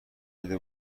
ندیده